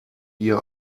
ihr